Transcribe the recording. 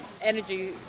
energy